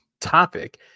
topic